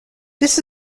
this